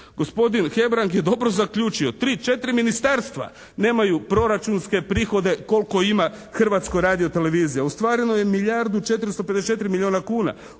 Gospodin Hebrang je dobro zaključio. 3, 4 ministarstva nemaju proračunske prihode koliko ima Hrvatska radiotelevizija. Ostvareno je milijardu 454 milijuna kuna.